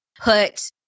put